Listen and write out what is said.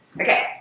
Okay